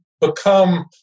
become